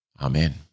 Amen